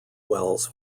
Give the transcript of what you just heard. wells